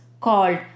called